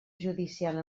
judicial